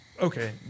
okay